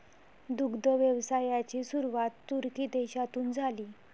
दुग्ध व्यवसायाची सुरुवात तुर्की देशातून झाली